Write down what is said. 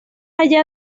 allá